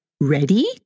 Ready